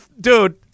dude